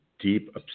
Deep